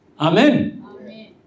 Amen